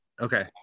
Okay